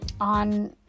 on